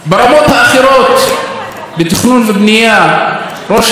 תכנון ובנייה: ראש הממשלה דיבר יותר מפעם